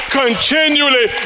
continually